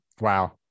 Wow